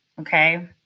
okay